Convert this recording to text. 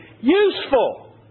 useful